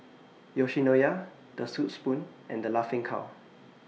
Yoshinoya The Soup Spoon and The Laughing Cow